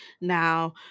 Now